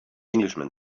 englishman